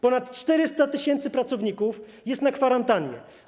Ponad 400 tys. pracowników jest na kwarantannie.